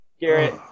Garrett